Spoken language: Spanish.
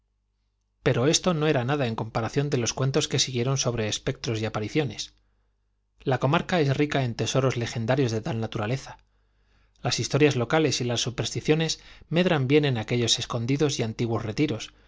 pero esto no era nada en comparación de los cuentos que siguieron sobre espectros y apariciones la comarca es rica en tesoros legendarios de tal naturaleza las historias locales y las supersticiones medran bien en aquellos escondidos y antiguos retiros